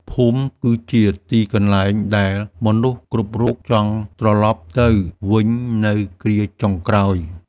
ភូមិគឺជាទីកន្លែងដែលមនុស្សគ្រប់រូបចង់ត្រឡប់ទៅវិញនៅគ្រាចុងក្រោយ។